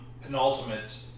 penultimate